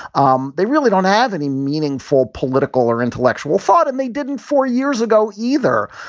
um they really don't have any meaningful political or intellectual thought. and they didn't four years ago either.